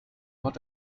what